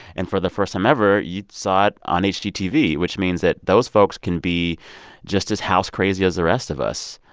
and for the first time ever, you saw it on hgtv, which means that those folks can be just as house-crazy as the rest of us.